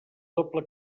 doble